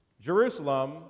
Jerusalem